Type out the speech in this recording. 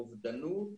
אובדנות,